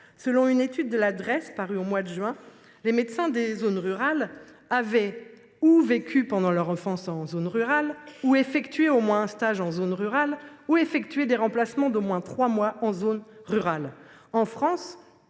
et des statistiques (Drees) parue au mois de juin dernier, les médecins des zones rurales ont ou vécu pendant leur enfance en zone rurale, ou effectué au moins un stage en zone rurale, ou effectué des remplacements d’au moins trois mois en zone rurale. En France,